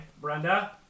Brenda